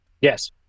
Yes